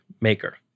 maker